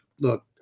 Look